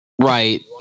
Right